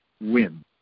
win